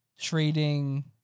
trading